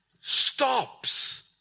Stops